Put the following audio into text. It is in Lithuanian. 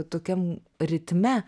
tokiam ritme